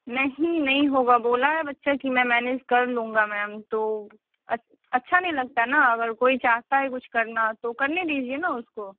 नहीं नहीं होगा बोला है बच्चा कि मैं मैनेज कर लूँगा मैम तो अच् अच्छा नहीं लगता ना अगर कोई चाहता है कुछ करना तो करने दीजिए ना उसको